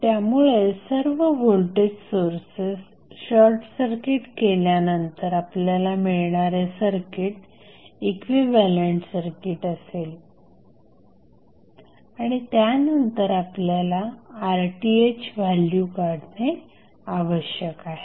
त्यामुळे सर्व voltage sources short circuit केल्यानंतर आपल्याला मिळणारे सर्किट इक्विव्हॅलंट सर्किट असेल आणि त्यानंतर आपल्याला RTh व्हॅल्यू काढणे आवश्यक आहे